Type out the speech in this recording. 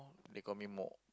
they call me more